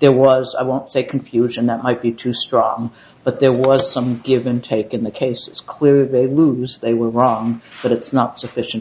there was i won't say confusion that might be too strong but there was some give and take in the case it's clear they lose they were wrong but it's not sufficient